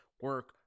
Work